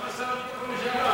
למה "שר הביטחון לשעבר",